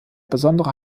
besondere